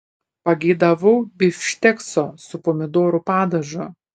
pageidavau bifštekso su pomidorų padažu